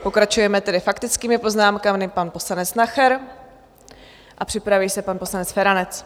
Pokračujeme tedy faktickými poznámkami pan poslanec Nacher a připraví se pan poslanec Feranec.